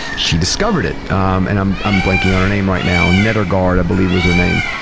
she discovered it. um and i'm i'm blanking on her name right now. nedergaard i believe was her name.